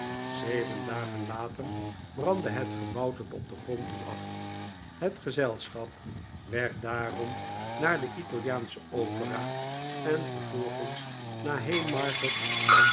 zeven dagen later brandde het gebouw tot op den grond toe af het gezelschap werd daarom naar de italiaansche opera en vervolgens naar haymarket